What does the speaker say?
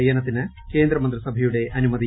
ലയനത്തിന് കേന്ദ്രമന്ത്രിസഭയുടെ അനുമതി